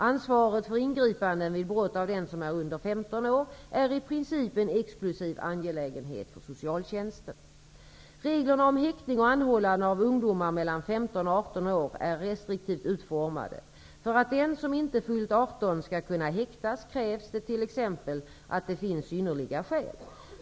Ansvaret för ingripanden vid brott av den som är under 15 år är i princip en exklusiv angelägenhet för socialtjänsten. Reglerna om häktning och anhållande av ungdomar mellan 15 och 18 år är restriktivt utformade. För att den som inte fyllt 18 år skall kunna häktas krävs det t.ex. att det finns synnerliga skäl.